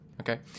Okay